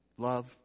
Love